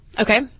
Okay